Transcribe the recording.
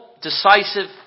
decisive